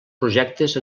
projectes